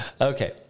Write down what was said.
Okay